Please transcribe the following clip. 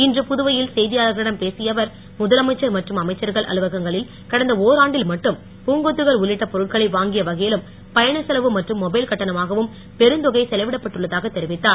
இன்று புதுவையில் செய்தியாளர்களிடம் பேசிய அவர் அமைச்சர்கள் அலுவலகங்களில் கடந்த ஆராண்டில் மட்டும் பூங்கொத்துகள் உள்ளிட்ட பொருட்களை வாங்கிய வகையிலும் பயணச் செலவு மற்றும் மொபைல் கட்டணமாகவும் பெருந்தொகை செலவிடப்பட்டுள்ளதாகத் தெரிவித்தார்